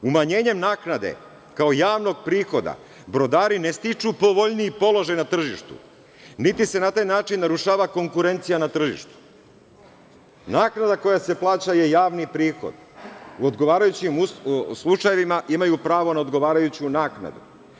Umanjenjem naknade kao javnog prihoda brodari i ne stiču povoljniji položaj na tržištu niti se na taj način narušava konkurencija na tržištu, naknada koja se plaća je javni prihod, u odgovarajućim slučajevima imaju pravo na odgovarajuću naknadu.